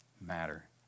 matter